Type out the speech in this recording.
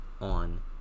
on